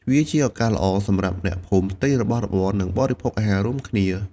វាជាឱកាសល្អសម្រាប់អ្នកភូមិទិញរបស់របរ និងបរិភោគអាហាររួមគ្នា។